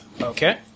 Okay